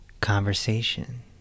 conversation